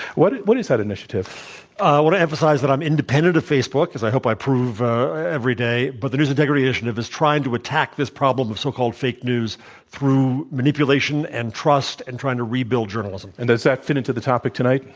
what is what is that initiative? i would emphasize i'm independent of facebook, as i hope i prove every day. but the new integrity initiative is trying to attack this problem of so-called fake news through manipulation, and trust, and trying to rebuild journalism. and does that fit into the topic tonight?